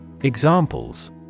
Examples